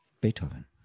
Beethoven